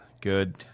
Good